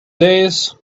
days